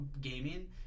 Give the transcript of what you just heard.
gaming